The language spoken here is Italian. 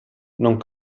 non